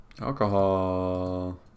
Alcohol